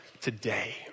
today